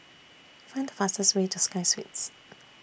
Find The fastest Way to Sky Suites